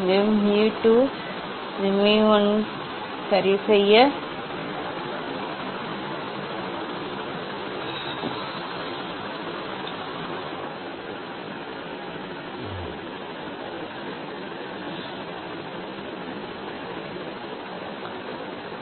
இது mu 2 இது mu 1 சராசரி mu mu 2 plus